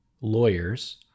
lawyers